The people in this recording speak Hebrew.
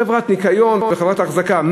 חברת ניקיון וחברת אחזקה.